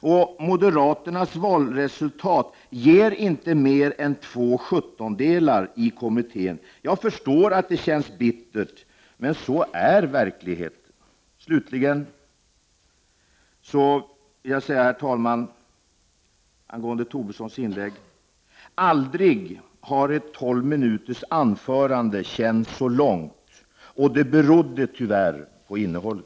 Och moderaternas valresultat ger inte mer än två sjuttondelar i kommittén. Jag förstår att det känns bittert, men sådan är verkligheten. Slutligen vill jag, herr talman, angående herr Tobissons inlägg säga att aldrig har ett tolv minuters anförande känts så långt. Och det berodde tyvärr på innehållet.